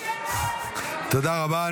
תודה רבה.